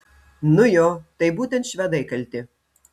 nu jo tai būtent švedai kalti